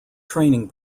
training